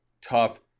tough